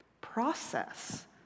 Process